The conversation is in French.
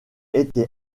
été